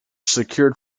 secured